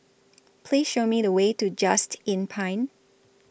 Please Show Me The Way to Just Inn Pine